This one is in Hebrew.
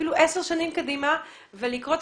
אפילו לא על 10 שנים קדימה ולקרוא את